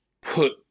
put